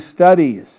studies